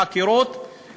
לחקירות,